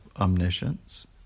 omniscience